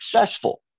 successful